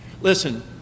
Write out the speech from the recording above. Listen